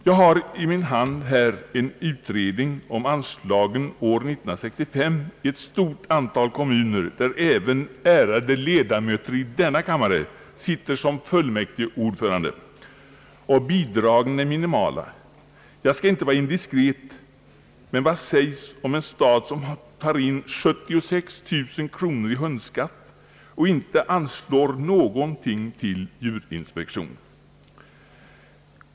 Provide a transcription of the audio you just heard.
Jag har i min hand en utredning om anslagen år 1965 i ett stort antal kommuner, där även ärade ledamöter av denna kammare sitter som fullmäktigeordförande och där bidragen är minimala. Jag skall inte vara indiskret, men vad sägs om en stad som tar in 76 000 kronor i hundskatt och inte anslår något till djurinspektion?